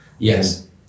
Yes